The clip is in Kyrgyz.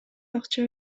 акча